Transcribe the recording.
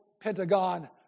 Pentagon